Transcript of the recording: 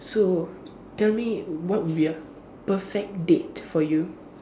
so tell me what will be a perfect date for you